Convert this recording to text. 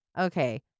Okay